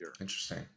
Interesting